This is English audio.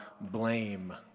blame